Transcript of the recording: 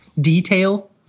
detail